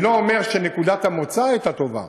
אני לא אומר שנקודת המוצא הייתה טובה,